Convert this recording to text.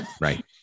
Right